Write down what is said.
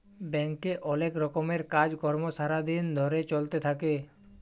ব্যাংকে অলেক রকমের কাজ কর্ম সারা দিন ধরে চ্যলতে থাক্যে